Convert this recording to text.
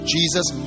Jesus